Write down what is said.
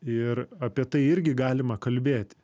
ir apie tai irgi galima kalbėti